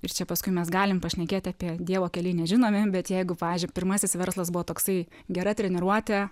ir čia paskui mes galim pašnekėti apie dievo keliai nežinomi bet jeigu pavyzdžiui pirmasis verslas buvo toksai gera treniruotė